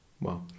Wow